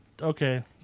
Okay